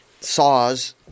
saws